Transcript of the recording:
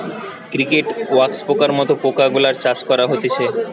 cricket, wax পোকার মত পোকা গুলার চাষ করা হতিছে